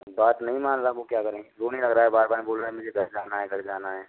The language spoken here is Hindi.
बात नहीं मान रहा वो क्या करें रोने लग रहा है बार बार में बोल रहा है मुझे घर जाना है घर जाना है